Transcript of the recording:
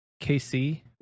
KC